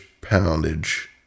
poundage